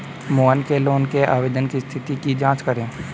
मोहन के लोन के आवेदन की स्थिति की जाँच करें